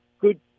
good